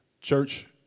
Church